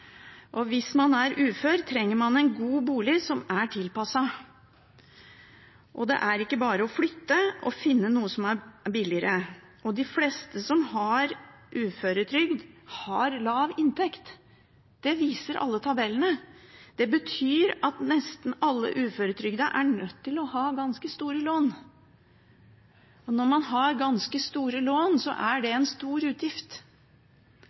og hvis man er ufør, trenger man en god bolig, som er tilpasset. Og det er ikke bare å flytte og finne noe som er billigere. De fleste som har uføretrygd, har lav inntekt, det viser alle tabellene. Det betyr at nesten alle uføretrygdede er nødt til å ha ganske store lån, og når man har ganske store lån, er det en stor utgift.